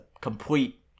complete